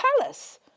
palace